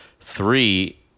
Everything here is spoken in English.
three